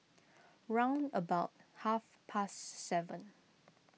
round about half past seven